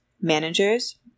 managers